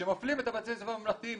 שמפלים את בתי הספר הממלכתיים.